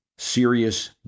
serious